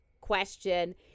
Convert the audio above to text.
question